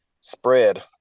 spread